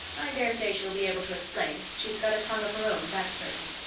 i dare say she'll be able to explain she's got a tongue of her own, that's certain.